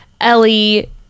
Ellie